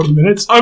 minutes